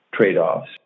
trade-offs